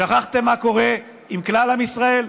שכחתם מה קורה עם כלל עם ישראל?